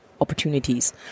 opportunities